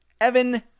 Evan